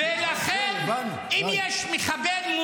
ולכן תפקידו